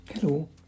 Hello